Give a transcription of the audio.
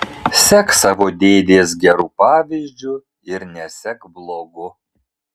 sek savo dėdės geru pavyzdžiu ir nesek blogu